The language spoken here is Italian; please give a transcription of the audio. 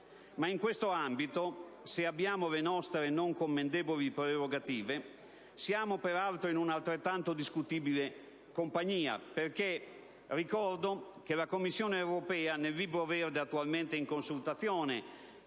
Ma in questo ambito, se abbiamo le nostre non commendevoli prerogative, siamo peraltro in un'altrettanto discutibile compagnia. Ricordo che la Commissione europea, nel Libro verde attualmente in discussione